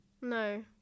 No